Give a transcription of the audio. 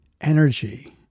energy